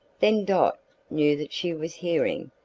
then dot knew that she was hearing,